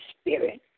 Spirit